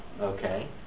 Okay